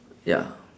ya